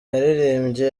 yaririmbye